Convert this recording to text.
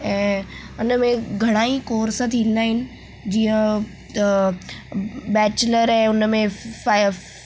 ऐं हुन में घणाई कोर्स थींदा आहिनि जीअं बैचलर ऐं हुन में फ़ा